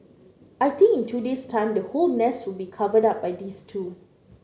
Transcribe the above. I think in two days time the whole nest will be covered up by these two